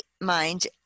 mind